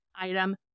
item